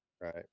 right